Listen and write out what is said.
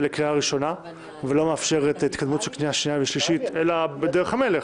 אלא בדרך המלך.